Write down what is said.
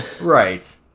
Right